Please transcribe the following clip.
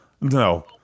no